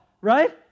right